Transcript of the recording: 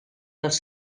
dels